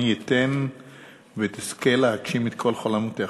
מי ייתן ותזכה להגשים את כל חלומותיך.